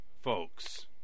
folks